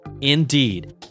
indeed